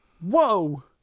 Whoa